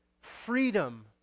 freedom